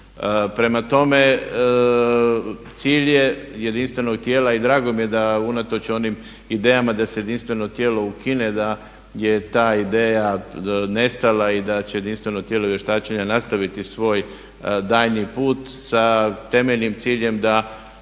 Prema tome, cilj je jedinstvenog tijela i drago mi je da unatoč onim idejama da se jedinstveno tijelo ukine da je ta ideja nestala i da će jedinstveno tijelo vještačenja nastaviti svoj daljnji put sa temeljnim ciljem da